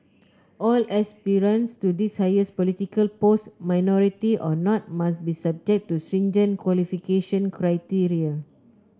all aspirants to this highest political post minority or not must be subject to stringent qualification criteria